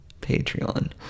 Patreon